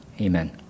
Amen